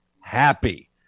happy